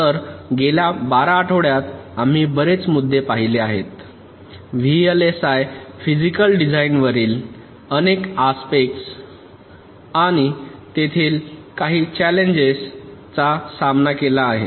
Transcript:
तर गेल्या 12 आठवड्यांत आम्ही बरेच मुद्दे पाहिले आहेत व्हीएलएसआय फिजिकल डिझाइनवरील अनेक आस्पेक्टस आणि तेथे काही चाललेंजेस चा सामना केला आहे